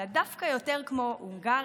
אלא דווקא יותר כמו הונגריה,